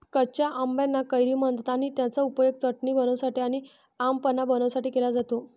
कच्या आंबाना कैरी म्हणतात आणि त्याचा उपयोग चटणी बनवण्यासाठी आणी आम पन्हा बनवण्यासाठी केला जातो